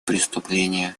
преступления